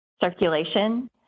Circulation